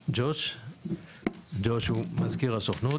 ידבר ג'וש שהוא מזכיר הסוכנות,